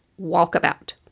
walkabout